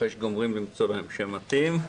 אחרי שמסיימים למצוא להם שם מתאים,